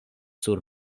sur